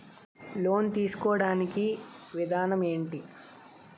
Loan తీసుకోడానికి విధానం ఏంటి?